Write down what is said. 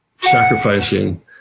sacrificing